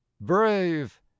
brave